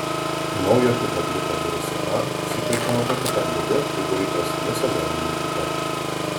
naujo tipo gripo virusu a užsikrečiama tokiu pat būdu kaip ir įprastiniu sezoniniu gripu